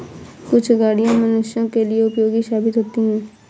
कुछ गाड़ियां मनुष्यों के लिए उपयोगी साबित होती हैं